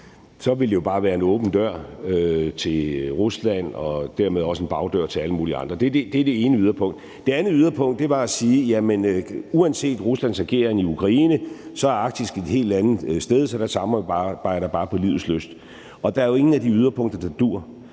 Så ville det jo bare være en åben dør til Rusland og dermed også en bagdør til alle mulige andre. Det er det ene yderpunkt. Det andet yderpunkt var at sige, at uanset Ruslands ageren i Ukraine er Arktis et helt andet sted, så der samarbejder man bare på livet løs. Der er jo ingen af de yderpunkter, der duer.